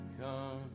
come